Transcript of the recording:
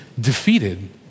defeated